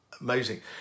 amazing